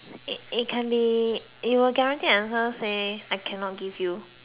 it it can be you were guaranteed an answer say I cannot give you